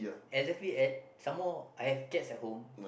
exactly at some more I have cats at home